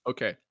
Okay